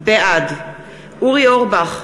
בעד אורי אורבך,